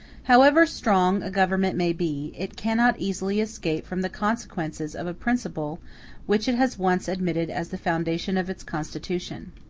however strong a government may be, it cannot easily escape from the consequences of a principle which it has once admitted as the foundation of its constitution.